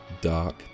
Dark